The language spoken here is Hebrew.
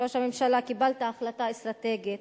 ראש הממשלה, קיבלת החלטה אסטרטגית